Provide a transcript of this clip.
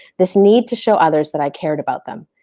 this need to show others that i cared about them.